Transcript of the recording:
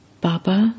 Baba